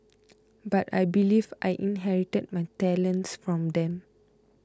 but I believe I inherited my talents from them